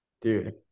Dude